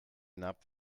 napf